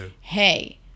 Hey